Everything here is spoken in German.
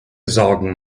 sorgen